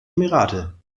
emirate